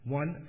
one